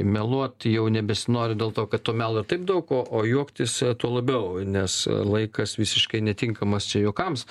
meluot jau nebesinori dėl to kad to melo ir taip daug o o juoktis tuo labiau nes laikas visiškai netinkamas čia juokams